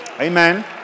amen